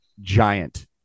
Giant